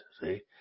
see